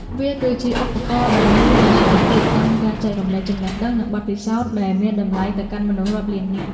វាគឺជាឧបករណ៍ដ៏មានប្រសិទ្ធភាពក្នុងការចែករំលែកចំណេះដឹង និងបទពិសោធន៍ដែលមានតម្លៃទៅកាន់មនុស្សរាប់លាននាក់។